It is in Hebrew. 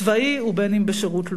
צבאי ובין בשירות לאומי.